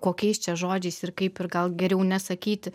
kokiais čia žodžiais ir kaip ir gal geriau nesakyti